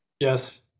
Yes